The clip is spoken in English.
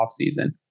offseason